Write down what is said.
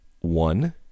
One